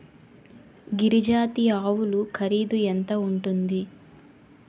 గిరి జాతి ఆవులు ఖరీదు ఎంత ఉంటుంది?